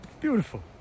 beautiful